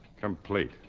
Complete